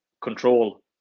control